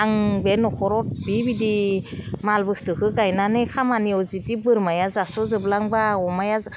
आं बे न'खराव बेबायदि माल बुस्थुखो गायनानै खामानियाव जुदि बोरमाया जास'जोबलांबा अमाया